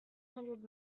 hundred